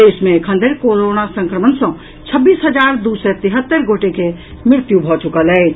देश मे एखन धरि कोरोना संक्रमण सँ छब्बीस हजार दू सय तिहत्तरि गोटे के मृत्यु भऽ चुकल अछि